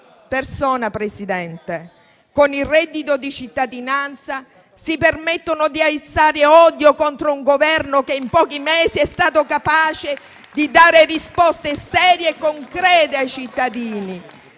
signor Presidente. Con il reddito di cittadinanza si permettono di aizzare odio contro un Governo che in pochi mesi è stato capace di dare risposte serie e concrete ai cittadini